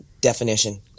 definition